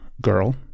girl